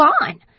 on